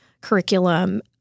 curriculum